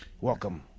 Welcome